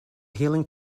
healing